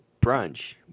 brunch